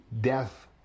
death